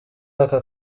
aka